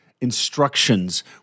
instructions